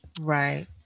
right